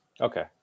Okay